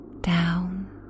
down